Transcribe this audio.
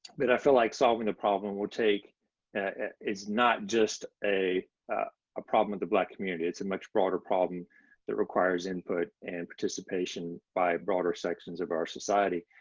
but i feel like solving the problem will take it's not just a ah problem of the black community. it's a and much broader problem that requires input and participation by broader sections of our society,